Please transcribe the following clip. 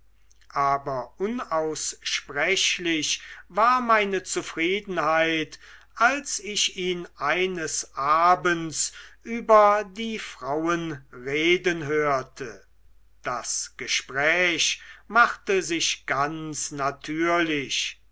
aber unaussprechlich war meine zufriedenheit als ich ihn eines abends über die frauen reden hörte das gespräch machte sich ganz natürlich